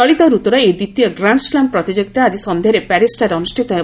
ଚଳିତ ରତୁର ଏହି ଦ୍ୱିତୀୟ ଗ୍ରାଶ୍ରସ୍କାମ୍ ପ୍ରତିଯୋଗିତା ଆକି ସନ୍ଧ୍ୟାରେ ପ୍ୟାରିସ୍ରେ ଅନୁଷ୍ଠିତ ହେବ